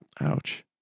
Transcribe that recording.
Ouch